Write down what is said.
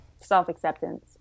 Self-acceptance